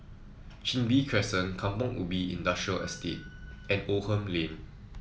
Chin Bee Crescent Kampong Ubi Industrial Estate and Oldham Lane